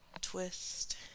Twist